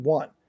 one